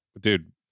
Dude